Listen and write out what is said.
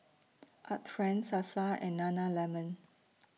Art Friend Sasa and Nana Lemon